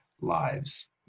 Lives